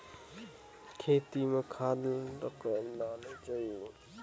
खेती म खाद ला कब डालेक चाही?